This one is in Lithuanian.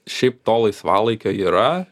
šiaip to laisvalaikio yra